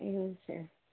એવું છે